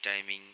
timing